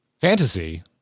fantasy